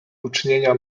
uczynienia